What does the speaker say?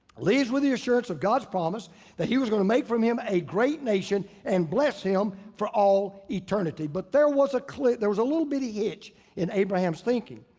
leaves with the assurance of god's promise that he was gonna make for him him a great nation and bless him for all eternity. but there was a clear. there was a little bit of a hitch in abraham's thinking.